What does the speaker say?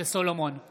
יואב גלנט,